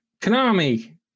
Konami